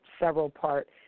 several-part